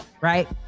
right